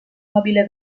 mobile